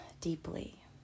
deeply